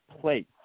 place